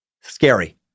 Scary